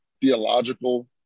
theological